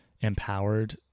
empowered